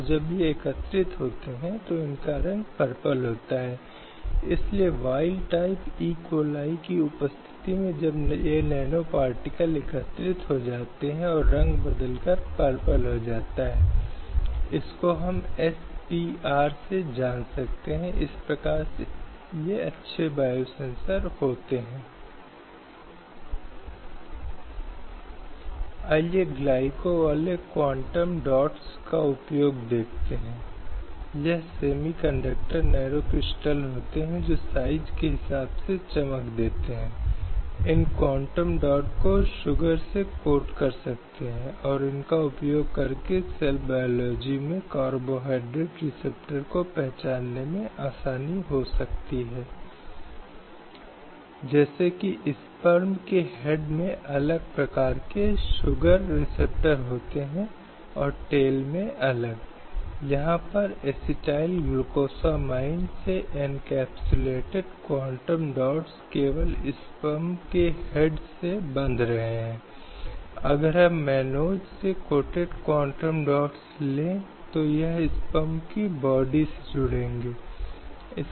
और अगर महिलाओं को अनुमति दी जाती है तो यह नौकरियाँ स्वाभाविक रूप से अधिक से अधिक हो जाएंगी और अधिक से अधिक महिलाएं पेशे को अपनाना पसंद करेंगी और और यह उन्हें अपनी आजीविका से वंचित करेगा लेकिन इस तरह के तर्क को देश की सर्वोच्च अदालत ने पूरी तरह से खारिज कर दिया था और इसने कहा कि यह वास्तव में दुखद है कि आजादी के 60 या उससे अधिक वर्ष बीतने के बाद भी और संविधान लागू होने के बाद भी हमारे पास अभी भी ऐसी नीतियां हैं जिनमें नियम और नियम हैं जो महिलाओं के खिलाफ भेदभाव करते हैं और उन्हें नौकरी के अवसरों के मामले में प्रतिबंधित करते हैं जो वह हकदार हैं महासंघ को उसके अधिकार देने के लिए आवश्यक दिशा निर्देश दिए गए थे और यह देखने के लिए कि आवश्यक पुरुष बनाए जाते हैं जिसमें किसी व्यक्ति या लिंग के संबंध में कोई भेदभाव या अंतर नहीं हैं जो उस विशेष सेवा को ले सकते हैं